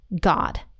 God